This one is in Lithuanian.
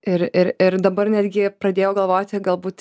ir ir ir dabar netgi pradėjau galvoti galbūt